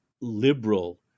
liberal